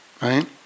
right